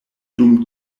dum